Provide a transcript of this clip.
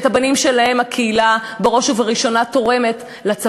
שאת הבנים שלהן הקהילה תורמת בראש ובראשונה לצבא,